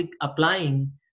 applying